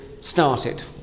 started